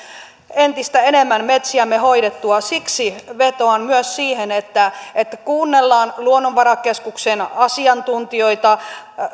entistä enemmän metsiämme hoidettua vetoan myös siihen että että kuunnellaan luonnonvarakeskuksen asiantuntijoita